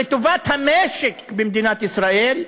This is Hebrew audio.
לטובת המשק במדינת ישראל,